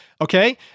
Okay